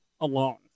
alone